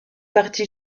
partie